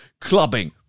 Clubbing